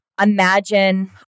imagine